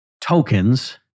tokens